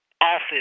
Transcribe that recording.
office